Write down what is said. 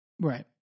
Right